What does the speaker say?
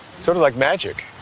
sort of like magic.